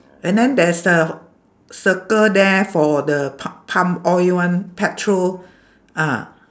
and then there's a circle there for the pu~ pump oil one petrol ah